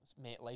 mate